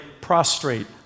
prostrate